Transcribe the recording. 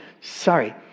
Sorry